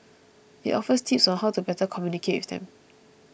it offers tips on how to better communicate with them